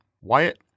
wyatt